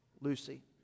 Lucy